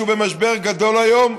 שהוא במשבר גדול היום,